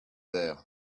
there